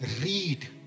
read